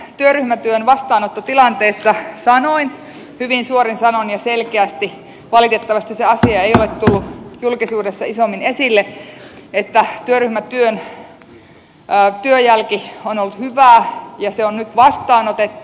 tämän työryhmätyön vastaanottotilanteessa sanoin hyvin suorin sanoin ja selkeästi valitettavasti se asia ei ole tullut julkisuudessa isommin esille että työryhmän työn jälki on ollut hyvää ja se on nyt vastaanotettu